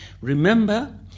Remember